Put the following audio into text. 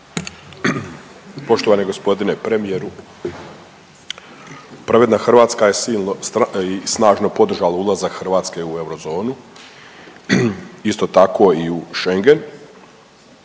Poštovani g. premijeru, Pravedna Hrvatska je silno i snažno podržala ulazak Hrvatske u eurozonu, isto tako i u Schengen.